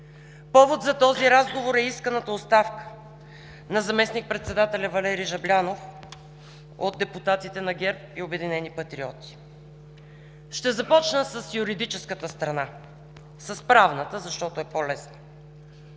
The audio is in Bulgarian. Повод за този разговор е исканата оставка на заместник-председателя Валери Жаблянов от депутатите на ГЕРБ и „Обединени патриоти“. Ще започна с юридическата страна, с правната, защото е по-лесно.